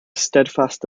steadfast